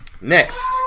Next